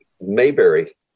Mayberry